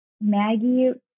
Maggie